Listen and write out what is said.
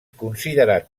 considerat